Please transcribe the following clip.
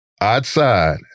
outside